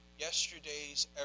Yesterday's